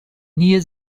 near